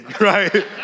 right